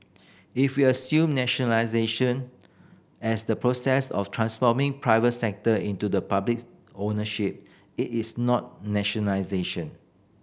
if we assume nationalisation as the process of transforming private sector into the public ownership it is not nationalisation